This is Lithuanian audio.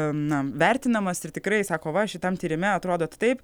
na vertinamas ir tikrai sako va šitam tyrime atrodot taip